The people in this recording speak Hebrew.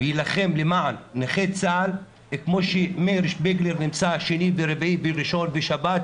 ויילחם למען נכי צה"ל כמו שמאיר שפיגלר נמצא שני ורביעי וראשון ושבת,